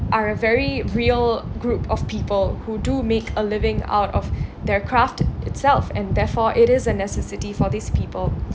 are a very real group of people who do make a living out of their craft itself and therefore it is a necessity for these people